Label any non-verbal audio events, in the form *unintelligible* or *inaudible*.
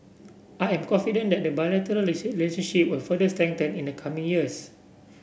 I am confident that the bilateral *unintelligible* will further *unintelligible* in the coming years